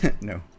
No